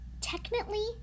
technically